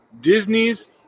Disney's